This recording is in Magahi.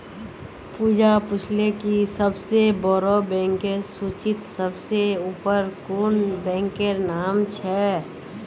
पूजा पूछले कि सबसे बोड़ो बैंकेर सूचीत सबसे ऊपर कुं बैंकेर नाम छे